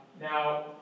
Now